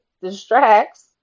Distracts